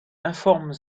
informe